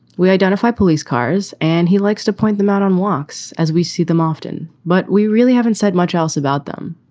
we identify police cars and he likes to point them out on walks as we see them often, but we really haven't said much else about them.